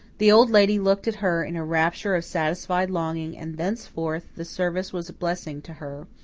the old lady looked at her in a rapture of satisfied longing and thenceforth the service was blessed to her,